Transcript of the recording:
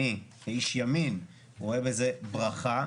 אני כאיש ימין רואה בזה ברכה,